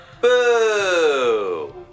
Boo